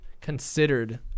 considered